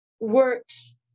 works